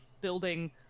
building